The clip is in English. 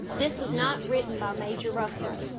this was not written by major russell.